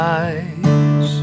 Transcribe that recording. eyes